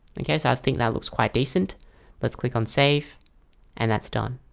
okay, so i think that looks quite decent let's click on save and that's done.